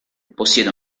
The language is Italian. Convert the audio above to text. possiede